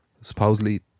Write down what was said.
Supposedly